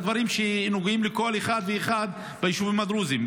אלה הדברים שנוגעים לכל אחד ואחד ביישובים הדרוזיים.